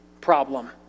problem